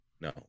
No